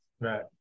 right